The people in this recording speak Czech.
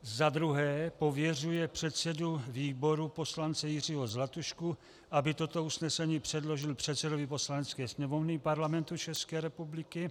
2. pověřuje předsedu výboru poslance Jiřího Zlatušku, aby toto usnesení předložil předsedovi Poslanecké sněmovny Parlamentu České republiky;